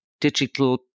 digital